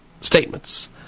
statements